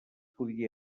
podia